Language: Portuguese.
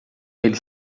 eles